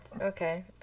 okay